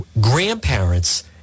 grandparents